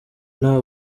nta